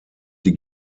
die